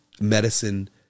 Medicine